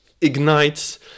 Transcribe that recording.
ignites